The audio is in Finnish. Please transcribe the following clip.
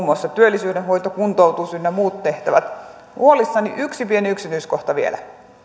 muassa työllisyyden hoito kuntoutus ynnä muut tehtävät olen huolissani siitä yksi pieni yksityiskohta vielä että